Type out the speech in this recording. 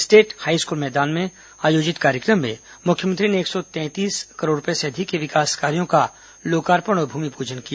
state high school मैदान में आयोजित कार्यक्रम में मुख्यमंत्री ने एक सौ सैंतीस करोड रूपए से अधिक के विकास कार्यों का लोकार्पण और भुमिपुजन किया